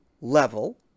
level